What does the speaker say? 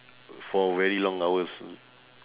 for very long hours